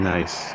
Nice